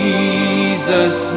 Jesus